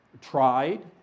tried